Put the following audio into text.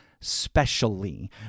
specially